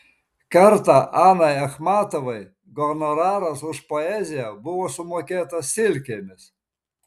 kartą anai achmatovai honoraras už poeziją buvo sumokėtas silkėmis